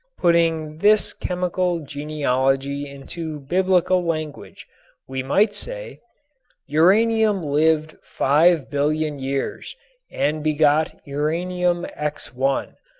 putting this chemical genealogy into biblical language we might say uranium lived five billion years and begot uranium x one,